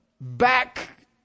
back